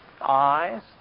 eyes